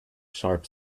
sharp